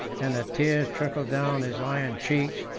and the tears trickled down his iron cheeks,